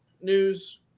news